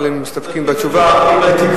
אבל הם מסתפקים בתשובה.